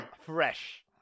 fresh